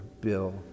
Bill